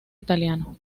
italiano